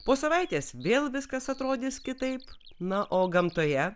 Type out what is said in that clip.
po savaitės vėl viskas atrodys kitaip na o gamtoje